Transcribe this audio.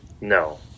no